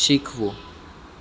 શીખવું